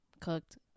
cooked